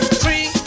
three